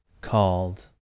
called